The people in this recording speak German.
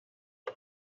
was